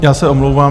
Já se omlouvám.